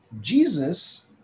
Jesus